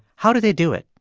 how do they do it?